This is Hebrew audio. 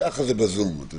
ככה זה בזום, את יודעת.